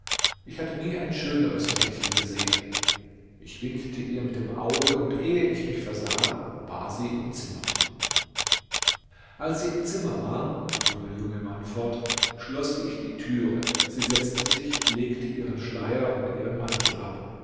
ich hatte nie ein schöneres mädchen gesehen ich winkte ihr mit dem auge und ehe ich mich versah war sie im zimmer als sie im zimmer war fuhr der junge mann fort schloß ich die türe sie setzte sich legte ihren schleier und ihren mantel ab